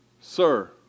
Sir